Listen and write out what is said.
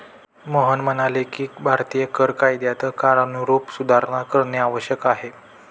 मोहन म्हणाले की भारतीय कर कायद्यात काळानुरूप सुधारणा करणे आवश्यक आहे